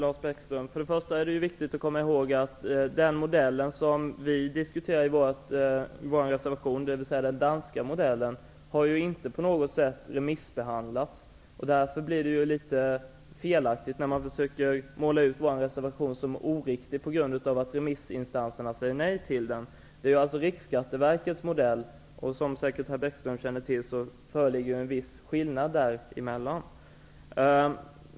Fru talman! Det är viktigt att komma ihåg, Lars Bäckström, att den modell som vi diskuterar i vår reservation, dvs. den danska modellen, inte på något sätt har remissbehandlats. Därför blir det litet felaktigt när man försöker måla ut vår reservation som oriktig på grund av att remissinstanserna säger nej till den. Det är Riksskatteverkets modell som har varit ute på remiss, och som herr Bäckström säkert känner till, föreligger det en viss skillnad däremellan.